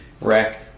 wreck